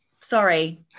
sorry